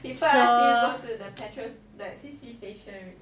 go ask him go to the petrol the C_C station